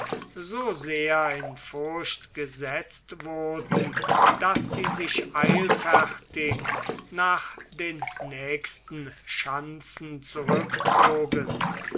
so sehr in furcht gesetzt wurden daß sie sich eilfertig nach den nächsten schanzen zurückzogen